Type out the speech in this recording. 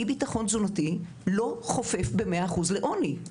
אי ביטחון תזונתי לא חופף במאה אחוז לעוני.